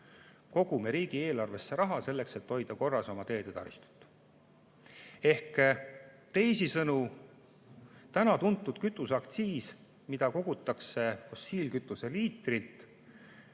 kogume riigieelarvesse raha, et hoida korras oma teid, taristut. Ehk teisisõnu, täna tuntud kütuseaktsiis, mida kogutakse fossiilkütuse liitrilt